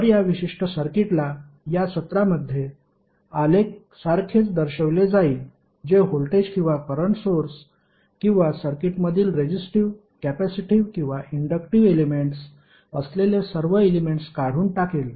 तर या विशिष्ट सर्किटला या सत्रामध्ये आलेख सारखेच दर्शवले जाईल जे व्होल्टेज किंवा करंट सोर्स किंवा सर्किटमधील रेजिस्टिव्ह कॅपेसिटिव्ह किंवा इंडक्टिव्ह एलेमेंट्स असलेले सर्व एलेमेंट्स काढून टाकेल